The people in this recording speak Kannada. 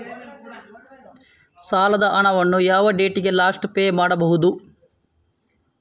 ಸಾಲದ ಹಣವನ್ನು ಯಾವ ಡೇಟಿಗೆ ಲಾಸ್ಟ್ ಪೇ ಮಾಡುವುದು?